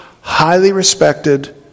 highly-respected